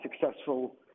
successful